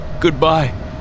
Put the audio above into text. goodbye